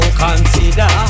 consider